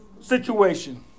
situation